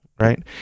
Right